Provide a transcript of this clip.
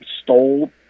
stole